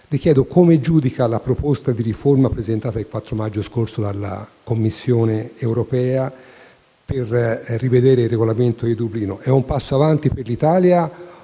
Le chiedo: come giudica la proposta di riforma presentata il 4 maggio scorso dalla Commissione europea per rivedere il Regolamento di Dublino? È un passo avanti per l'Italia?